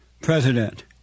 president